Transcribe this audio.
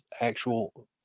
actual